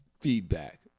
feedback